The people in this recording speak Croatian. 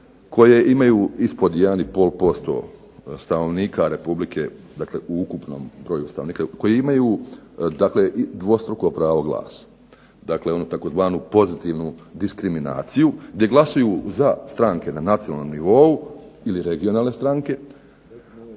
koje imaju ispod 1,5% stanovnika u ukupnom broju stanovnika Republike, koji imaju dvostruko pravo glasa, dakle onu tzv. pozitivnu diskriminaciju gdje glasuju za stranke na nacionalnom nivou, ili regionalne stranke,